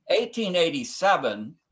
1887